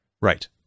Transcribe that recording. right